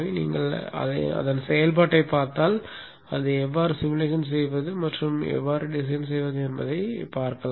நீங்கள் அதன் செயல்பாட்டைப் பார்த்தால் அதை எவ்வாறு உருவகப்படுத்துவது மற்றும் அதை வடிவமைப்பது எப்படி என்பதைப் பார்க்கலாம்